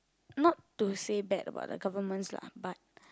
not to say bad about the governments lah but